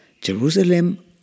Jerusalem